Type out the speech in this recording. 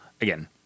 again